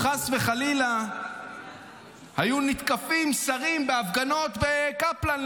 אם חס וחלילה היו נתקפים שרים בהפגנות בקפלן,